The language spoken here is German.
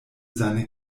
seine